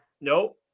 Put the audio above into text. Nope